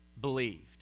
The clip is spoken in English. believed